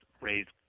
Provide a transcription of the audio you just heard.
raised